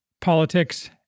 politics